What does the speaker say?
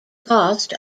cost